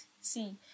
see